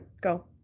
go